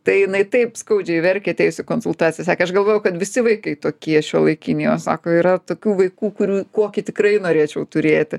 tai jinai taip skaudžiai verkė atėjus į konsultaciją sakė aš galvojau kad visi vaikai tokie šiuolaikiniai o sako yra tokių vaikų kurių kokį tikrai norėčiau turėti